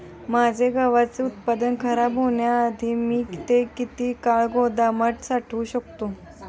माझे गव्हाचे उत्पादन खराब होण्याआधी मी ते किती काळ गोदामात साठवू शकतो?